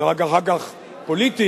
ורק אחר כך פוליטית.